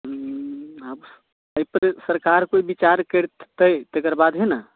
आब एहि पर सरकार कोइ विचार करितै तेकर बादे ने